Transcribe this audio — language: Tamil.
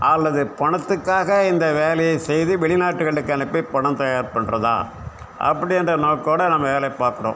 அல்லது பணத்துக்காக இந்த வேலையை செய்து வெளிநாட்டுகளுக்கு அனுப்பி பணம் தயார் பண்ணுறதா அப்படின்ற நோக்கோட நம்ம வேலை பார்க்குறோம்